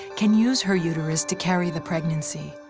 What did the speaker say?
can use her uterus to carry the pregnancy.